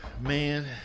Man